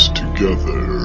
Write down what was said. together